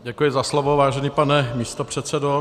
Děkuji za slovo, vážený pane místopředsedo.